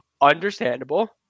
Understandable